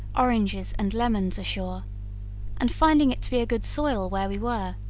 oranges, and lemons ashore and, finding it to be a good soil where we were,